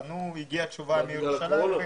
הם פנו והגיעה תשובה מירושלים.